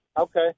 Okay